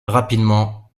rapidement